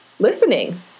listening